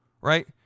right